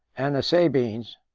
and the sabines,